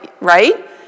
right